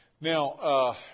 Now